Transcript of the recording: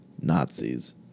Nazis